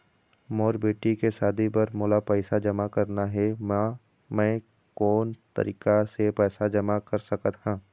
मोर बेटी के शादी बर मोला पैसा जमा करना हे, म मैं कोन तरीका से पैसा जमा कर सकत ह?